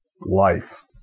life